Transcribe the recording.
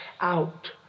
out